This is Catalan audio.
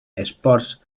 esports